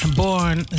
born